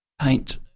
Paint